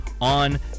on